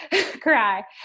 cry